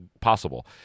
possible